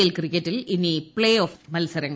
L ക്രിക്കറ്റിൽ ഇനി play off മൽസരങ്ങൾ